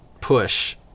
push